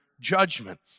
judgment